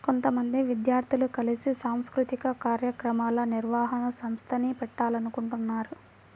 కొంతమంది విద్యార్థులు కలిసి సాంస్కృతిక కార్యక్రమాల నిర్వహణ సంస్థని పెట్టాలనుకుంటన్నారు